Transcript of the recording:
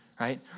right